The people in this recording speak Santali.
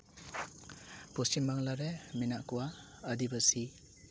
ᱯᱚᱥᱪᱤᱢ ᱵᱟᱝᱞᱟ ᱨᱮ ᱢᱮᱱᱟᱜ ᱠᱚᱣᱟ ᱟᱹᱫᱤᱵᱟᱹᱥᱤ